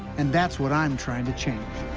and that's what i'm trying to change.